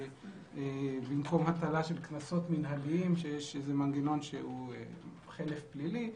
במקום הטלת קנסות מנהליים שיש איזה מנגנון שהוא חלף פלילי,